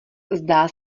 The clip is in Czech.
zdá